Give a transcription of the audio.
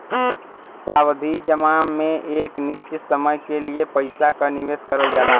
सावधि जमा में एक निश्चित समय के लिए पइसा क निवेश करल जाला